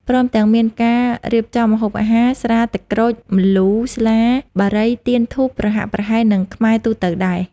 ព្រមទាំងមានការរៀបចំម្ហូបអាហារ ស្រា ទឹកក្រូច ម្លូ ស្លា បារី ទៀន ធូប ប្រហាក់ប្រហែលនឹងខ្មែរទូទៅដែរ ។